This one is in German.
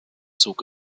zog